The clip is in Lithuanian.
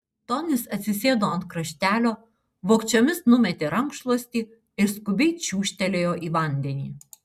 tonis atsisėdo ant kraštelio vogčiomis numetė rankšluostį ir skubiai čiūžtelėjo į vandenį